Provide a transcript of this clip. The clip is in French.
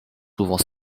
souvent